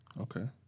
Okay